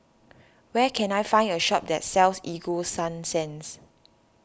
where can I find a shop that sells Ego Sunsense